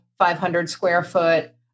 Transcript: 500-square-foot